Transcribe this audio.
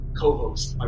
co-host